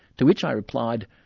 to which i replied,